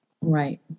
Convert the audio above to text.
Right